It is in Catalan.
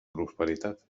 prosperitat